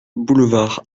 boulevard